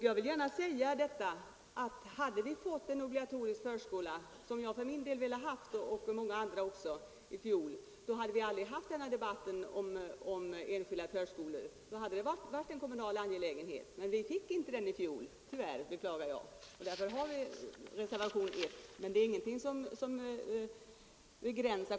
Jag vill gärna säga att den här debatten om enskilda förskolor aldrig hade behövts föras om vi hade fått en obligatorisk förskola, som jag pläderade för i fjol. Då hade det hela varit en kommunal angelägenhet, men vi fick inte obligatorisk förskola i fjol, vilket jag beklagar.